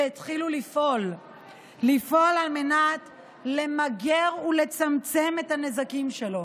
והתחילו לפעול על מנת למגר ולצמצם את הנזקים שלו.